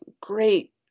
great